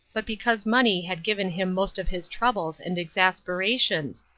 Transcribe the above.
but because money had given him most of his troubles and exasperations,